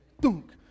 dunk